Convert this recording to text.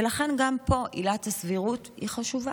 ולכן גם פה עילת הסבירות היא חשובה.